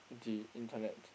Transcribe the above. the internet